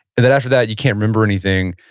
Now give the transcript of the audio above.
and then after that, you can't remember anything.